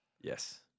Yes